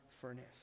furnace